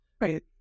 right